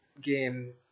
game